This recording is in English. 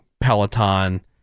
Peloton